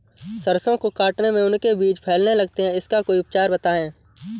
सरसो को काटने में उनके बीज फैलने लगते हैं इसका कोई उपचार बताएं?